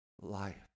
life